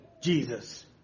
Jesus